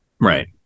Right